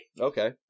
Okay